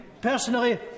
Personally